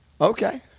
Okay